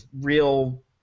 real